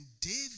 David